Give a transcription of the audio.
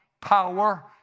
power